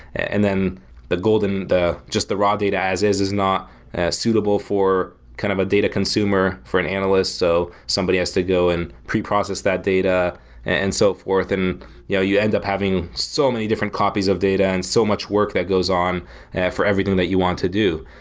and then the golden just the raw data as is is not as suitable for kind of a data consumer for an analyst. so somebody has to go and preprocess that data and so forth. and yeah you end up having so many different copies of data and so much work that goes on for everything that you want to do.